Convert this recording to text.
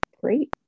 great